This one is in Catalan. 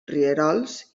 rierols